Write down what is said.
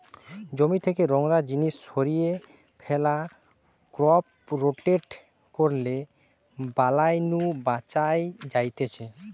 জমি থেকে নোংরা জিনিস সরিয়ে ফ্যালা, ক্রপ রোটেট করলে বালাই নু বাঁচান যায়তিছে